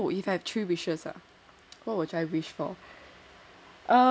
oh if I had three wishes ah what would I wish for